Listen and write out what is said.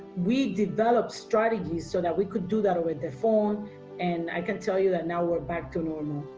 we developed strategies so that we could do that over the phone and i can tell you that now we're back to normal.